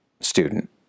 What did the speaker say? student